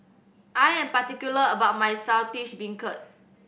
I am particular about my Saltish Beancurd